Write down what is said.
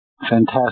Fantastic